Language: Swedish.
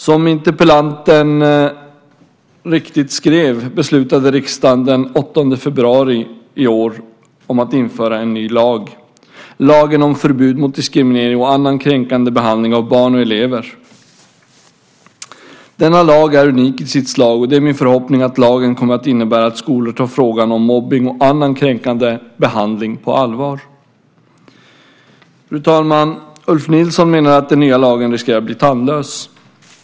Som interpellanten riktigt skrev beslutade riksdagen den 8 februari i år att införa en ny lag, lagen om förbud mot diskriminering och annan kränkande behandling av barn och elever. Denna lag är unik i sitt slag, och det är min förhoppning att lagen kommer att innebära att skolor tar frågan om mobbning och annan kränkande behandling på allvar. Fru talman! Ulf Nilsson menar att den nya lagen riskerar att bli tandlös.